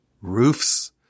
roofs